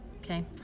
okay